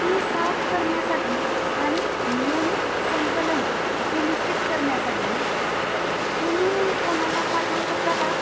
ती साफ करण्यासाठी आणि नियमित संकलन सुनिश्चित करण्यासाठी तुम्ही कोणाला पाठवू शकता का